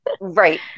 right